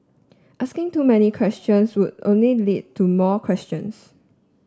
asking too many questions would only lead to more questions